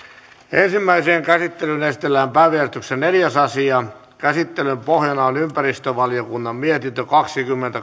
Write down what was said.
ensimmäiseen käsittelyyn esitellään päiväjärjestyksen neljäs asia käsittelyn pohjana on ympäristövaliokunnan mietintö kaksikymmentä